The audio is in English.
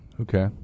Okay